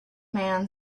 man